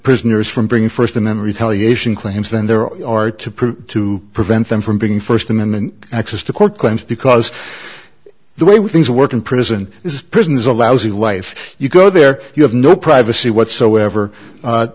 prisoners from bringing first and then retaliation claims than there are to prove to prevent them from being first amendment access to court claims because the way we things work in prison is prison is a lousy life you go there you have no privacy what's however